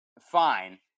fine